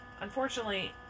Unfortunately